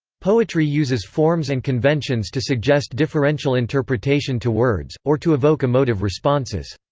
poetry uses forms and conventions to suggest differential interpretation to words, or to evoke emotive responses.